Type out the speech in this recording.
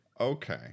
Okay